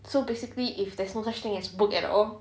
so basically if there's no such thing as work as all